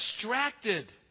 distracted